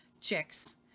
chicks